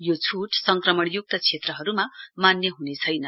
यो छूट संक्रमणय्क्त क्षेत्रहरूमा मान्य हुने छैन